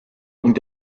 und